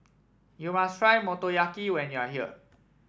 you must try Motoyaki when you are here